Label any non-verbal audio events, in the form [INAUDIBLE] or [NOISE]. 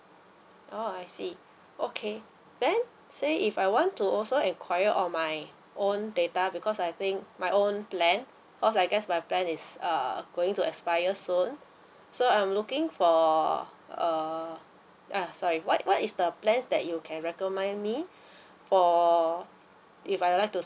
oh I see okay then say if I want to also enquire on my own data because I think my own plan because I guess my plan is uh going to expire soon so I'm looking for uh ah sorry what what is the plans that you can recommend me [BREATH] for if I'd like to